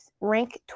rank